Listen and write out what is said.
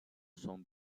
son